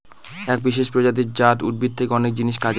এক বিশেষ প্রজাতি জাট উদ্ভিদ থেকে অনেক জিনিস কাজে লাগে